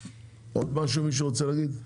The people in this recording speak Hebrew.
עוד משהו מישהו רוצה להגיד?